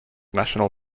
national